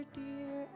dear